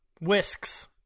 whisks